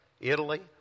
Italy